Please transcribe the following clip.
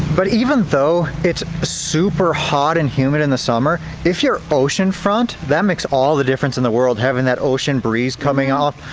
but even though it's super hot and humid in the summer if you're oceanfront, that makes all the difference in the world having that ocean breeze coming off.